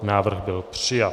Návrh byl přijat.